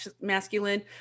masculine